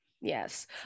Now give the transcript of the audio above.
yes